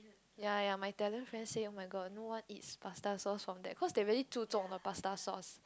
ya ya my Italian friends say oh-my-god no one eats pasta sauce from there because they really 注重: zhu zhong the pasta sauce